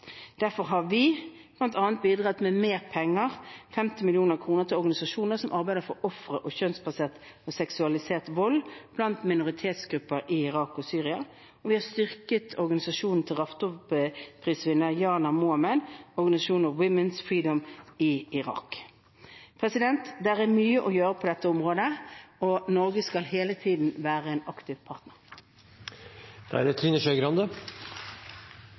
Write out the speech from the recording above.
Derfor har vi bl.a. bidratt med mer penger – 50 mill. kr – til organisasjoner som arbeider for ofre for seksualisert og kjønnsbasert vold blant minoritetsgrupper i Irak og Syria. Vi har styrket organisasjonen til Raftoprisvinner Yanar Mohammed, organisasjonen Women’s Freedom, i Irak. Det er mye å gjøre på dette området. Norge skal hele tiden være en aktiv